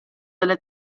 delle